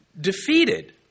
defeated